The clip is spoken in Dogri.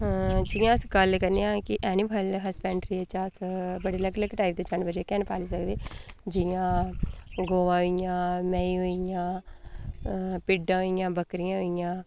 जि'यां अस गल्ल करने आं कि ऐनीमल हस्बैंडरी च अस बड़े लग्ग लग्ग टाइप दे जानवर जेह्के हैन पाली सकदे जि'यां गवां होइ गेइयां मेंही होई गेइयां भिड्डां होई गेइयां बकरियां होई गेइयां